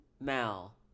Mal